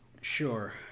Sure